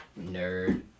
Nerd